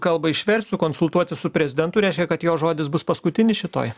kalbą išversiu konsultuotis su prezidentu reiškia kad jo žodis bus paskutinis šitoj